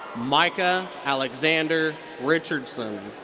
micah alexender richardson.